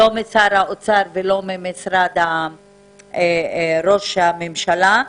לא משר האוצר ולא מראש הממשלה.